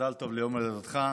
מזל טוב ליום הולדתך.